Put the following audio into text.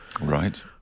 Right